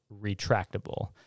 retractable